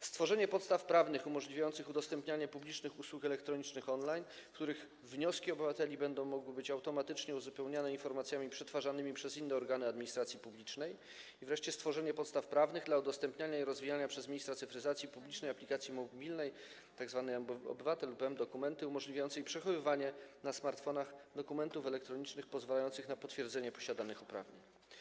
stworzenie podstaw prawnych umożliwiających udostępnianie publicznych usług elektronicznych on-line, w których wnioski obywateli będą mogły być automatycznie uzupełniane informacjami przetwarzanymi przez inne organy administracji publicznej, i wreszcie stworzenie podstaw prawnych dla udostępniania i rozwijania przez ministra cyfryzacji publicznej aplikacji mobilnej - tzw. mObywatel lub mDokumenty - umożliwiającej przechowywanie na smartfonach dokumentów elektronicznych pozwalających na potwierdzenie posiadanych uprawnień.